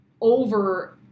over